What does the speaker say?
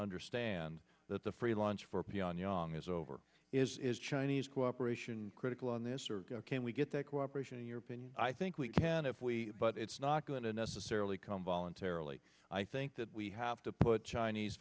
understand that the free lunch for p r niang is over is chinese cooperation critical on this or can we get that cooperation in your opinion i think we can if we but it's not going to necessarily come voluntarily i think that we have to put chinese